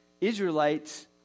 Israelites